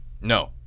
No